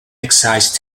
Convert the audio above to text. excise